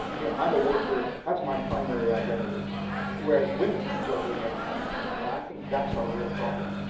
you know i'm a worker, that's my primary identity whereas women are juggling everything and i think that's our real problem.